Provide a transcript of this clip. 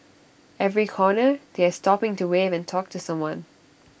every corner they are stopping to wave and talk to someone